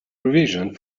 revision